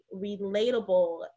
relatable